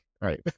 right